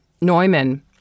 Neumann